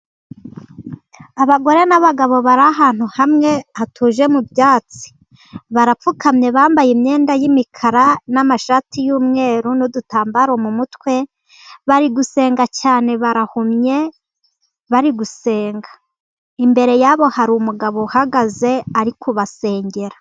Abagore n' abagabo bari ahantu hamwe hatuje mu byatsi barapfukamye, bambaye imyenda y' imikara, n' amashati y' umweru, n' udutambaro mu mutwe bari gusenga cyane barahumye, bari gusenga imbere yabo hari umugabo uhagaze ari kubasengera.